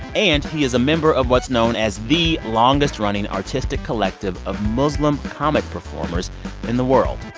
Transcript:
and he is a member of what's known as the longest-running artistic collective of muslim comic performers in the world.